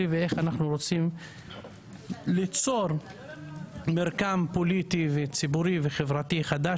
ואיך אנחנו רוצים ליצור מרקם פוליטי וציבורי וחברתי חדש